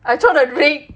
I throw the ring